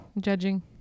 judging